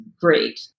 great